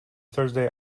thursday